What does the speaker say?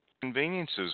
conveniences